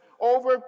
over